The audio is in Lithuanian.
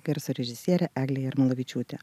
garso režisierė eglė jarmolavičiūtė